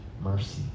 mercy